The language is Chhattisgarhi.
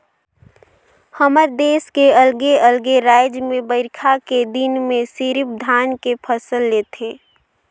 हमर देस के अलगे अलगे रायज में बईरखा के दिन में सिरिफ धान के फसल ले थें